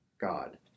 God